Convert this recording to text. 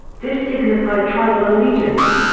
this signified tribal allegiance.